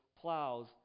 plows